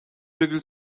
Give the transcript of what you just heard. virgül